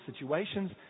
situations